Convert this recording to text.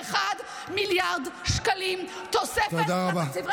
31 מיליארד שקלים תוספת לתקציב.